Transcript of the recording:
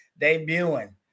debuting